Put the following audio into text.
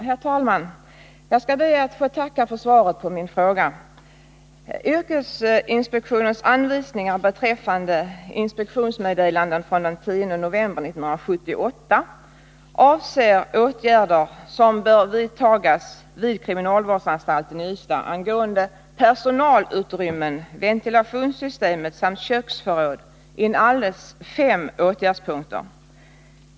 Herr talman! Jag skall be att få tacka för svaret på min fråga. Yrkesinspektionens anvisningar beträffande inspektionsmeddelande från den 10 november 1978 avser åtgärder som bör vidtas vid kriminalvårdsanstalten i Ystad angående personalutrymmen, ventilationssystemet samt köksförråd — inalles fem åtgärdspunkter.